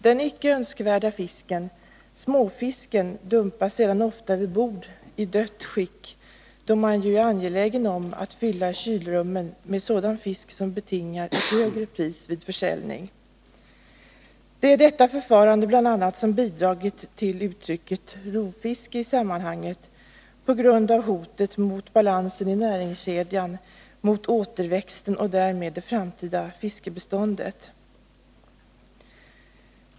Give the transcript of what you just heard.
Den icke önskvärda fisken, småfisken, dumpas sedan ofta över bord i dött skick, då man är angelägen om att fylla kylrummen med sådan fisk som betingar ett högre pris vid försäljning. Det är bl.a. detta förfarande som i sammanhanget bidragit till uttrycket rovfiske — på grund av hotet mot balansen i näringskedjan, mot återväxten och därmed det framtida fiskebeståndet.